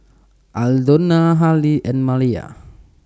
Aldona Hali and Maliyah